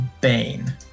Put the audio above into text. Bane